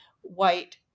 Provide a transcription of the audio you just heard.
white